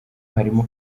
harimo